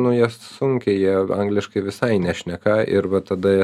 nu jie sunkiai jie angliškai visai nešneka ir va tada